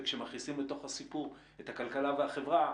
וכשמכניסים לתוך הסיפור את הכלכלה והחברה,